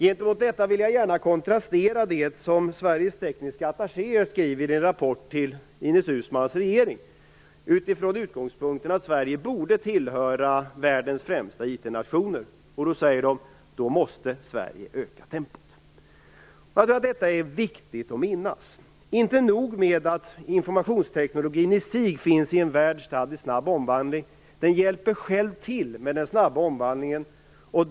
Gentemot detta vill jag gärna kontrastera det som Sveriges tekniska attachéer skriver i en rapport till Ines Uusmanns regering, utifrån utgångspunkten att Sverige borde tillhöra världens främsta IT-nationer: Då måste Sverige öka tempot. Jag tror att detta är viktigt att minnas. Inte nog med att informationstekniken i sig finns i en värld stadd i snabb omvandling. Den hjälper själv till med den snabba omvandlingen.